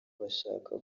bashaka